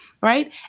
Right